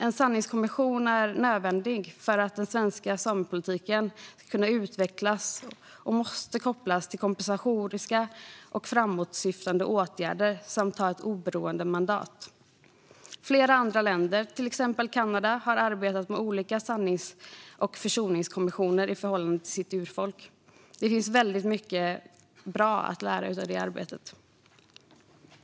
En sanningskommission är nödvändig för att den svenska samepolitiken ska kunna utvecklas och måste kopplas till kompensatoriska och framåtsyftande åtgärder samt ha ett oberoende mandat. Flera andra länder, till exempel Kanada, har arbetat med olika sannings och försoningskommissioner i förhållande till sitt urfolk. Det finns väldigt mycket bra att lära av det arbetet.